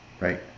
Right